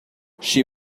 she